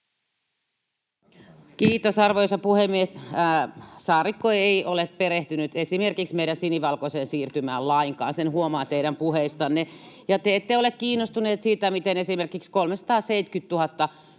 Kiitos, arvoisa puhemies! Saarikko ei ole perehtynyt esimerkiksi meidän sinivalkoiseen siirtymään lainkaan — sen huomaa teidän puheistanne — ja te ette ole kiinnostunut siitä, miten esimerkiksi 370 000